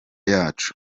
yacu